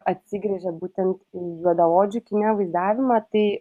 atsigręžė būtent į juodaodžių kine vaizdavimą tai